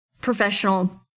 professional